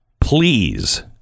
Please